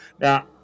Now